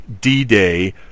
D-Day